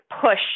push